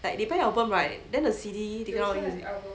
like 你 buy album right then the C_D